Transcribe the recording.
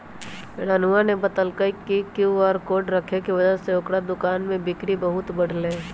रानूआ ने बतल कई कि क्यू आर कोड रखे के वजह से ओकरा दुकान में बिक्री बहुत बढ़ लय है